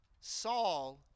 Saul